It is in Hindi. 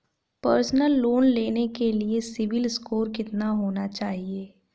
पर्सनल लोंन लेने के लिए सिबिल स्कोर कितना होना चाहिए?